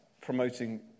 promoting